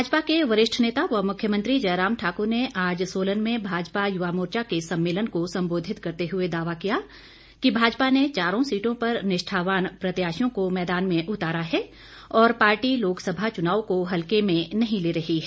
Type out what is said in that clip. भाजपा के वरिष्ठ नेता व मुख्यमंत्री जयराम ठाकुर ने आज सोलन में भाजपा युवा मोर्चा के सम्मेलन को संबोधित करते हुए दावा किया कि भाजपा ने चारों सीटों पर निष्ठावान प्रत्याशियों को मैदान में उतारा है और पार्टी लोकसभा चुनाव को हल्के में नहीं ले रही है